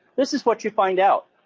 this is what you find out.